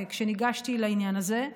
כשניגשתי לעניין הזה,